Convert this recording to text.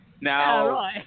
now